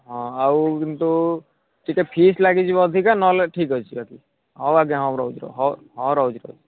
ହଁ ଆଉ କିନ୍ତୁ ଟିକେ ଫିସ୍ ଲାଗିଯିବ ଅଧିକା ନହେଲେ ଠିକ୍ ଅଛି ବାକି ହଉ ଆଜ୍ଞା ହଉ ରହୁଛି ହଉ ରହୁଛି ରହୁଛି